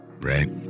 right